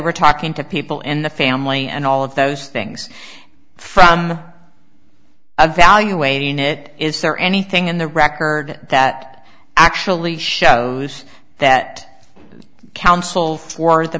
were talking to people and the family and all of those things from the evaluating it is there anything in the record that actually shows that the counsel for the